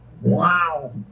Wow